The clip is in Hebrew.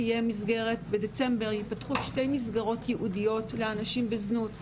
בדצמבר ייפתחו שתי מסגרות ייעודיות לאנשים בזנות,